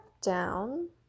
down